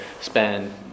spend